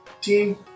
team